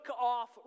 off